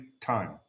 time